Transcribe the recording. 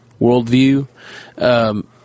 worldview